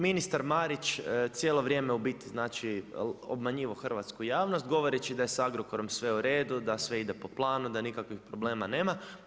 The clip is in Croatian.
Ministar Marić cijelo vrijeme u biti znači obmanjivao hrvatsku javnost, govoreći da je s Agrokorom sve u redu, da sve ide po planu, da nikakvog problema nema.